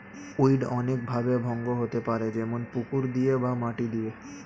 weed অনেক ভাবে ভঙ্গ হতে পারে যেমন পুকুর দিয়ে বা মাটি দিয়ে